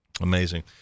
Amazing